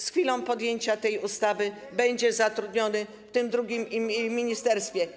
Z chwilą podjęcia tej ustawy będzie zatrudniony w tym drugim ministerstwie.